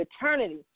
eternity